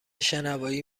شنوایی